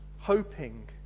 hoping